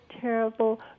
terrible